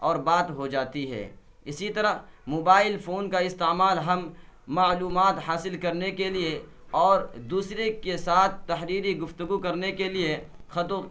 اور بات ہو جاتی ہے اسی طرح موبائل فون کا استعمال ہم معلومات حاصل کرنے کے لیے اور دوسری کے ساتھ تحریری گفتگو کے لیے خطوں